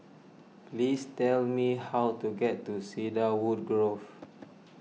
please tell me how to get to Cedarwood Grove